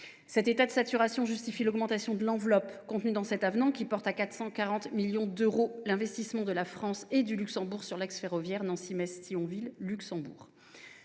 Cet état de saturation justifie l’augmentation de l’enveloppe prévue par cet avenant. Elle porte à 440 millions d’euros l’investissement de la France et du Luxembourg sur l’axe ferroviaire Nancy Metz Thionville Luxembourg.